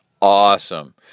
awesome